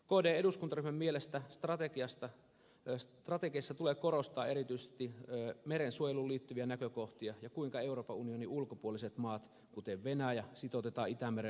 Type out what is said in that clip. kdn eduskuntaryhmän mielestä strategiassa tulee korostaa erityisesti merensuojeluun liittyviä näkökohtia ja sitä kuinka euroopan unionin ulkopuoliset maat kuten venäjä sitoutetaan itämeren alueen kehittämiseen